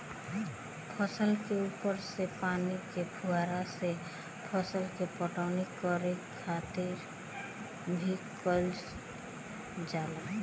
फसल के ऊपर से पानी के फुहारा से फसल के पटवनी करे खातिर भी कईल जाला